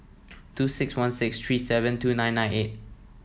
two six one six three seven two nine nine eight